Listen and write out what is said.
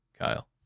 Kyle